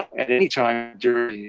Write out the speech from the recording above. at any time during,